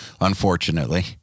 unfortunately